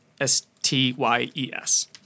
S-T-Y-E-S